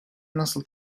nasıl